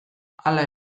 hala